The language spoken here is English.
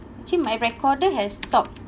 actually my recorder has stopped